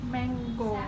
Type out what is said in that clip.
Mango